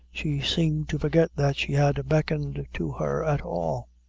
she seemed to forget that she had beckoned to her at all.